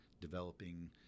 developing